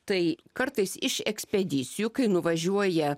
tai kartais iš ekspedicijų kai nuvažiuoja